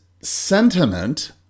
sentiment